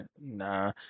nah